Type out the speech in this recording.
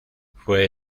fue